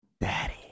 Daddy